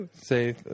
Say